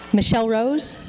michelle rose?